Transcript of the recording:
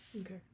Okay